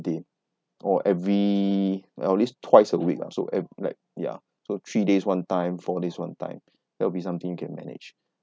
day or every or at least twice a week ah so ev~ like yeah so three days one time four days one time that will be something you can manage